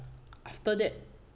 after that